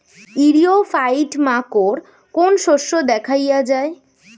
ইরিও ফাইট মাকোর কোন শস্য দেখাইয়া যায়?